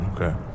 Okay